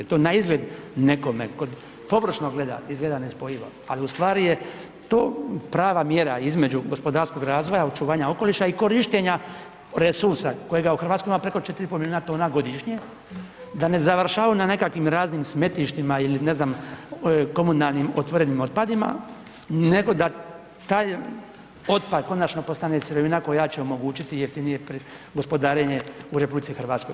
To na izgled nekome tko površno gleda izgleda nespojivo, ali u stvari je to prava mjera između gospodarskog razvoja očuvanja okoliša i korištenja resursa kojega u Hrvatskoj ima preko 4,5 miliona tona godišnje, da ne završavaju na nekakvim raznim smetlištima ili ne znam komunalnim otvorenim otpadima, nego da taj otpad konačno postane sirovina koja će omogućiti jeftinije gospodarenje u RH.